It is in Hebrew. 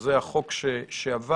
שזה החוק שעבר,